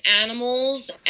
animals